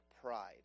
pride